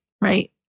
right